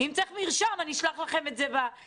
אם צריך מרשם, אני אשלח לכם את זה במייל.